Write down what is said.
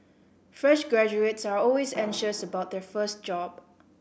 fresh graduates are always anxious about their first job